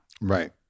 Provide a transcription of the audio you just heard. Right